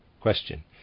Question